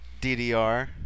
DDR